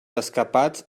escapats